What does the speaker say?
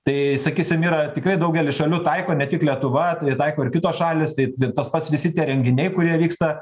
tai sakysim yra tikrai daugelis šalių taiko ne tik lietuva taiko ir kitos šalys tai tas pats visi tie renginiai kurie vyksta